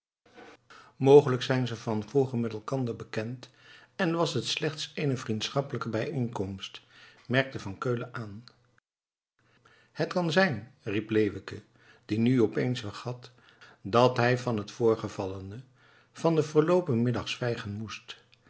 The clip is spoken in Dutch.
mogelijk zijn ze van vroeger met elkander bekend en was het slechts eene vriendschappelijke bijeenkomst merkte van keulen aan het kan zijn riep leeuwke die nu opeens vergat dat hij van het voorgevallene van den verloopen middag zwijgen moest